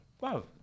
Wow